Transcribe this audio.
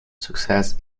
success